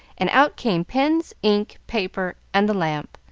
and out came pens, ink, paper, and the lamp,